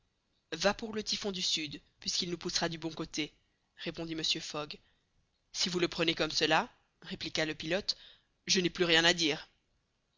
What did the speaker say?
va pour le typhon du sud puisqu'il nous poussera du bon côté répondit mr fogg si vous le prenez comme cela répliqua le pilote je n'ai plus rien à dire